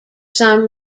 some